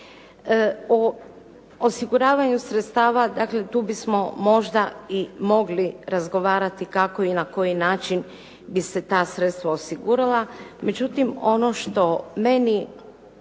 O osiguravanju sredstava, dakle, tu bismo možda i mogli razgovarati kako i na koji način bi se ta sredstva osigurala, međutim ono što meni